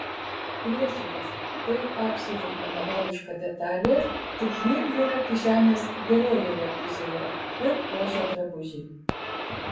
priesiuvas tai apsiuvui analogiška detalė tik ji yra kišenės gerojoje pusėje ir puošia drabužį